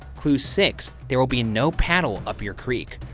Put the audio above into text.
clue six, there'll be no paddle up your creek.